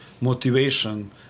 motivation